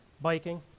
Biking